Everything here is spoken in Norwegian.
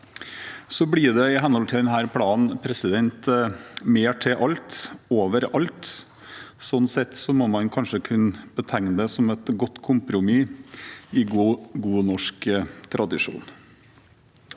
Så blir det i henhold til denne planen mer til alt overalt. Slik sett må man kanskje kunne betegne det som et godt kompromiss, i god norsk tradisjon.